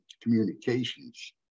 communications